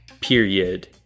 period